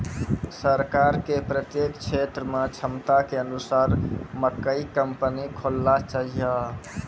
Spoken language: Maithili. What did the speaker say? सरकार के प्रत्येक क्षेत्र मे क्षमता के अनुसार मकई कंपनी खोलना चाहिए?